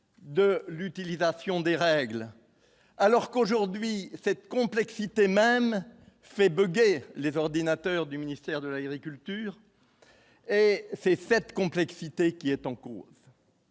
de l'utilisation des règles alors qu'aujourd'hui cette complexité même fait les ordinateurs du ministère de l'Agriculture et c'est fait complexité qui est en cause.